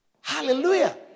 Hallelujah